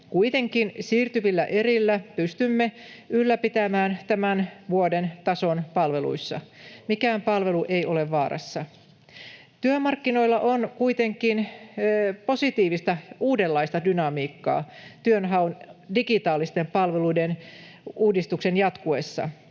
Kuitenkin siirtyvillä erillä pystymme ylläpitämään tämän vuoden tason palveluissa. Mikään palvelu ei ole vaarassa. Työmarkkinoilla on kuitenkin positiivista uudenlaista dynamiikkaa työnhaun digitaalisten palveluiden uudistuksen jatkuessa.